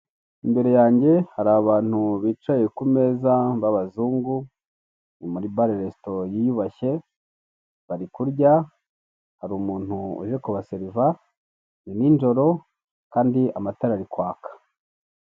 Imbere yajye hari abantu bicaye k'umeza b'abazungu nimuri bare resito yiyubashye, bari kurya hari umuntu uje kubaseriva ni n'ijoro kandi amatara ari kwaka.